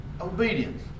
Obedience